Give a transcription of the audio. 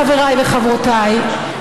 חבריי וחברותיי,